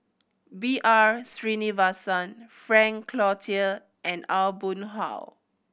B R Sreenivasan Frank Cloutier and Aw Boon Haw